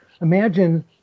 imagine